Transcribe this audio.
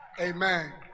Amen